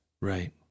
right